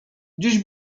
dziś